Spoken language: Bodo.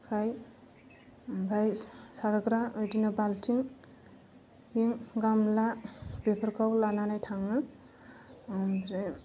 ओमफाय ओमफाय सारग्रा बेदिनो बाल्थिं गामला बेफोरखौ लानानै थाङो ओमफ्राय